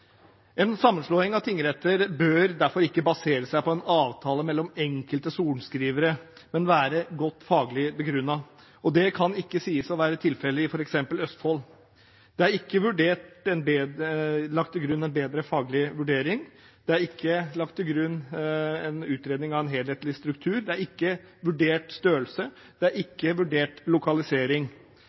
En sammenslåing av tingretter bør derfor ikke basere seg på en avtale mellom enkelte sorenskrivere, men være godt faglig begrunnet. Det kan ikke sies å være tilfellet f.eks. i Østfold. Det er ikke lagt til grunn en bedre faglig vurdering. Det er ikke lagt til grunn en utredning av en helhetlig struktur. Størrelse er ikke vurdert. Lokalisering er heller ikke vurdert.